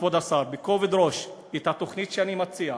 כבוד השר, בכובד ראש את התוכנית שאני מציע,